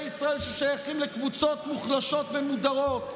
ישראל ששייכים לקבוצות מוחלשות ומודרות.